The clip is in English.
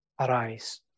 Arise